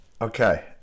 Okay